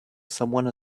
someone